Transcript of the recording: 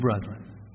brethren